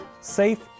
safe